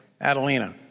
Adelina